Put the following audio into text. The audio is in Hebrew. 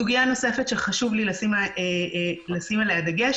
סוגיה נוספת שחשוב לי לשים עליה דגש